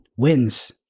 Wins